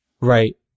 Right